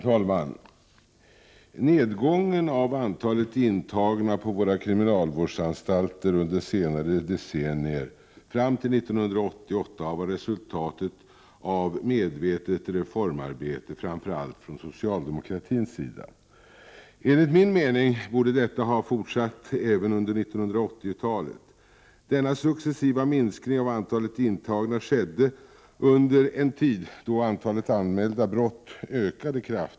Herr talman! Nedgången av antalet intagna på våra kriminalvårdsanstalter under senare decennier fram till 1980 har varit resultatet av medvetet reformarbete, framför allt från socialdemokratins sida. Enligt min mening borde detta ha fortsatt även under 1980-talet. Denna successiva minskning av antalet intagna skedde under en tid då antalet anmälda brott ökade kraftigt.